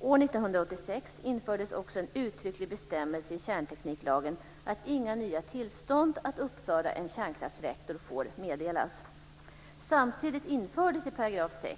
År 1986 infördes också en uttrycklig bestämmelse i kärntekniklagen att inga nya tillstånd att uppföra en kärnkraftsreaktor får meddelas. Samtidigt infördes i 6 §